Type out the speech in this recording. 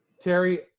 Terry